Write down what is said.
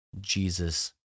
Jesus